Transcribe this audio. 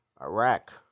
Iraq